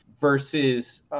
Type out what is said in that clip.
versus